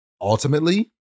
Ultimately